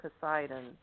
Poseidon